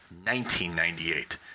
1998